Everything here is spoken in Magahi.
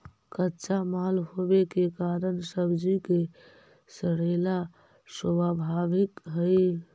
कच्चा माल होवे के कारण सब्जि के सड़ेला स्वाभाविक हइ